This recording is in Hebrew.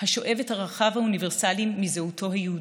השואב את ערכיו האוניברסליים מזהותו היהודית,